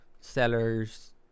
sellers